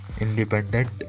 independent